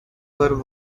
were